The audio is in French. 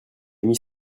mis